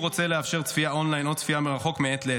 רוצה לאפשר צפיית אונליין או צפייה מרחוק מעת לעת,